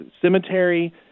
cemetery